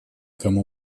кому